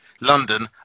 London